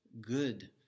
good